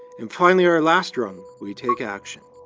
and finally our last rung we take action.